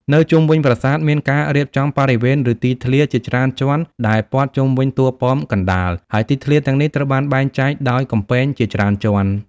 នៅជុំវិញប្រាសាទមានការរៀបចំ បរិវេណ ឬទីធ្លា ជាច្រើនជាន់ដែលព័ទ្ធជុំវិញតួប៉មកណ្តាល ហើយទីធ្លាទាំងនេះត្រូវបានបែងចែកដោយ កំពែង ជាច្រើនជាន់។